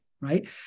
right